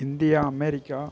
India America